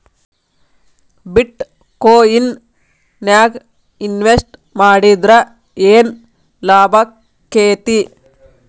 ಬಿಟ್ ಕೊಇನ್ ನ್ಯಾಗ್ ಇನ್ವೆಸ್ಟ್ ಮಾಡಿದ್ರ ಯೆನ್ ಲಾಭಾಕ್ಕೆತಿ?